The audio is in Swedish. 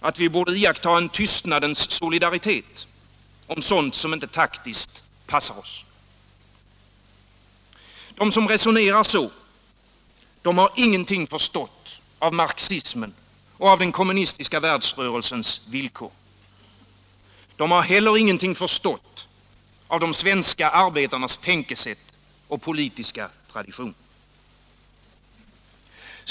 Att vi borde iaktta en tystnadens solidaritet om sådant som inte taktiskt passar oss. De som resonerar så har ingenting förstått av marxismen och av den kommunistiska världsrörelsens villkor. De har heller ingenting förstått av de svenska arbetarnas tänkesätt och politiska tradition.